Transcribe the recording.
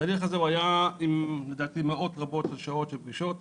התהליך הזה היה עם מאות רבות של שעות של פגישות,